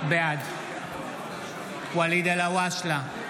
בעד ואליד אלהואשלה,